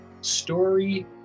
story